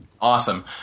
Awesome